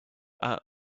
out